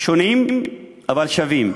שונים אבל שווים.